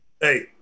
Hey